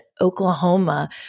Oklahoma